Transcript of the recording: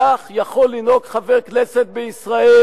כך יכול לנהוג חבר כנסת בישראל?